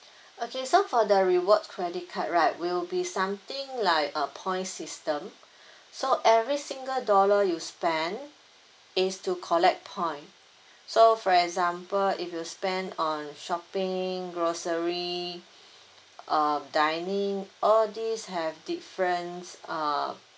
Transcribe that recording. okay so for the rewards credit card right will be something like a points system so every single dollar you spend is to collect point so for example if you spend on shopping grocery um dining all these have different uh